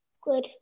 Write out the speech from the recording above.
good